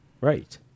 Right